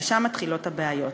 ושם מתחילות הבעיות.